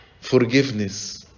forgiveness